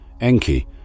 Enki